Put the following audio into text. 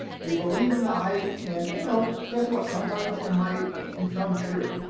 they believe in the hype and you know, guess what, sometimes it might become true.